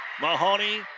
Mahoney